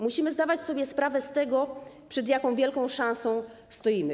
Musimy zdawać sobie sprawę z tego, przed jak wielką szansą stoimy.